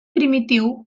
primitiu